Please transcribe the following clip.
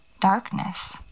darkness